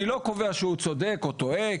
אני לא קובע שהוא צודק או טועה,